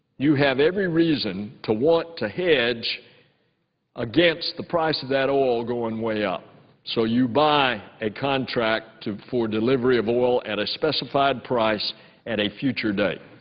you have every reason to want to hedge against the price of that oil going way up so you buy a contract to for delivery of oil at a specified price at a future date.